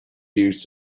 used